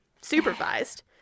supervised